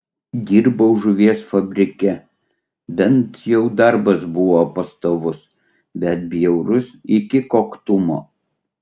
dirbau žuvies fabrike bent jau darbas buvo pastovus bet bjaurus iki koktumo